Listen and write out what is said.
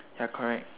ya correct